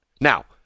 Now